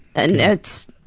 and it's.